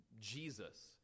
Jesus